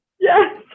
Yes